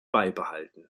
beibehalten